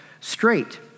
straight